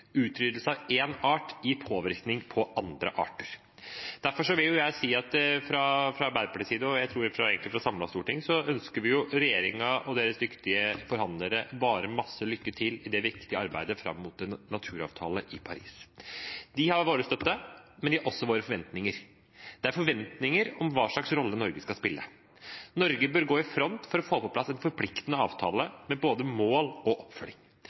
Utryddelse av én art gir påvirkning på andre arter. Derfor vil jeg si at fra Arbeiderpartiets side – og jeg tror egentlig fra et samlet storting – ønsker vi regjeringen og deres dyktige forhandlere bare masse lykke til i det viktige arbeidet fram mot en naturavtale i Paris. De har vår støtte, men de har også våre forventninger, forventninger om hvilken rolle Norge skal spille. Norge bør gå i front for å få på plass en forpliktende avtale med både mål og oppfølging.